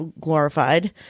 glorified